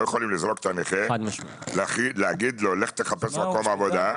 לא יכולים לזרוק את הנכה ולומר לו שילך לחפש מקום עבודה.